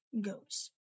goes